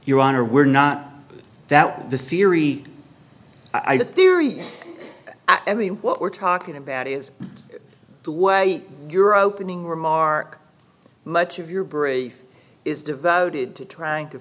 your honor we're not that the theory either theory i mean what we're talking about is the way you're opening remark much of your brief is devoted to trying to